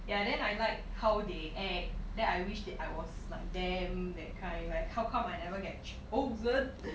ya then I like how they act then I wish that I was like them that kind like how come I never get chosen